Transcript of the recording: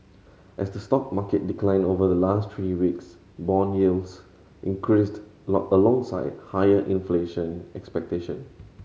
as the stock market declined over the last three weeks bond yields increased alongside higher inflation expectation